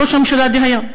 ראש הממשלה דהיום.